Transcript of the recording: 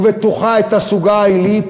ובתוכה את הסוגה העילית,